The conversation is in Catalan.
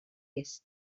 est